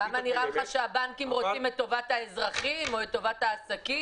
למה נראה לך שהבנקים רוצים את טובת האזרחים או את טובת העסקים.